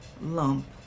lump